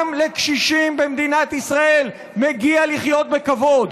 גם לקשישים במדינת ישראל מגיע לחיות בכבוד.